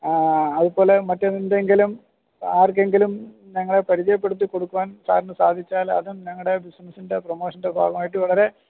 ആ അതു പോലെ മറ്റെന്തെങ്കിലും ആർക്കെങ്കിലും ഞങ്ങളെ പരിചയപ്പെടുത്തി കൊടുക്കാൻ സാറിന് സാധിച്ചാൽ അതും ഞങ്ങളുടെ ബിസിനസിൻ്റെ പ്രമോഷൻ്റെ ഭാഗമായിട്ട് വളരെ